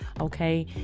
okay